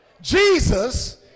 Jesus